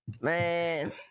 Man